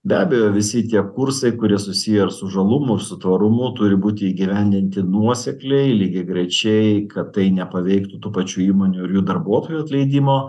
be abejo visi tie kursai kurie susiję ir su žalumu ir su tvarumu turi būti įgyvendinti nuosekliai lygiagrečiai kad tai nepaveiktų tų pačių įmonių ir jų darbuotojų atleidimo